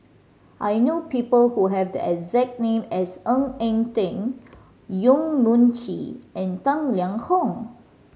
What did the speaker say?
I know people who have the exact name as Ng Eng Teng Yong Mun Chee and Tang Liang Hong